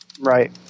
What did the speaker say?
Right